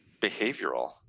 behavioral